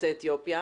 יוצאי אתיופיה?